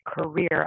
career